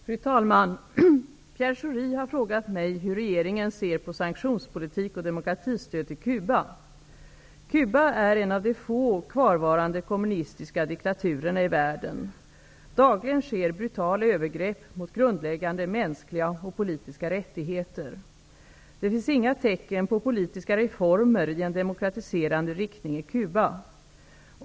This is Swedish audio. Fru talman! Pierre Schori har frågat mig hur regeringen ser på sanktionspolitik gentemot och demokratistöd till Cuba. Cuba är en av de få kvarvarande kommunistiska diktaturerna i världen. Dagligen sker brutala övergrepp mot grundläggande mänskliga och politiska rättigheter. Det finns inga tecken på politiska reformer i en demokratiserande riktning i Cuba.